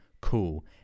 cool